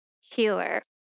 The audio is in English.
healer